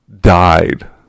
died